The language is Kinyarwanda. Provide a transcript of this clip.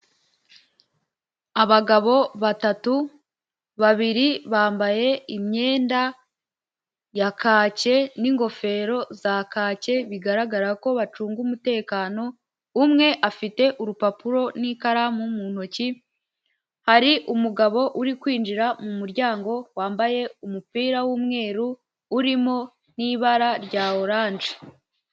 Abagabo batatu babiri bambaye imyenda ya kake n'ingofero za kake bigaragara ko bacunga umutekano, umwe afite urupapuro n'ikaramu mu ntoki hari umugabo uri kwinjira mu muryango wambaye umupira w'umweru urimo n'ibara rya oranje.